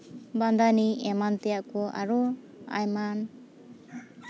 ᱵᱟᱸᱫᱟᱱᱤ ᱮᱢᱟᱱ ᱛᱮᱭᱟᱜ ᱠᱚ ᱟᱨᱚ ᱮᱢᱟᱱ